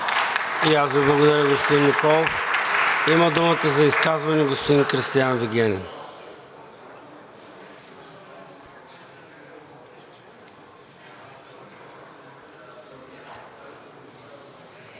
И аз Ви благодаря, господин Николов. Има думата за изказване господин Кристиан Вигенин.